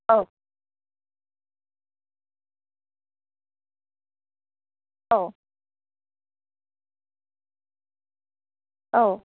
औ औ औ